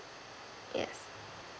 yes